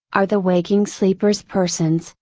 are the waking sleepers persons,